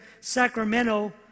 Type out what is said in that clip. Sacramento